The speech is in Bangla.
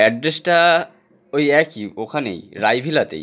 অ্যাড্রেসটা ওই একই ওখানেই রাই ভিলাতেই